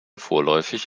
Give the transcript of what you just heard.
vorläufig